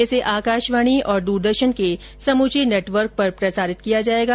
इसे आकाशवाणी और दूरदर्शन के समूचे नेटवर्क पर प्रसारित किया जाएगा